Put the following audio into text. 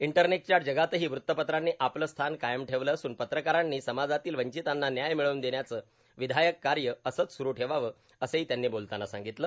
इंटरनेटच्या जगातही वृत्तपत्रांनी आपलं स्थान कायम ठेवलं असुन पत्रकारांनी समाजातील वंचितांना न्याय मिळवून देण्याचं विधायक कार्य असंच सुरू ठेवावं असंही त्यांनी बोलताना सांगितलं